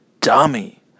dummy